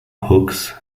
hooks